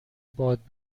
باد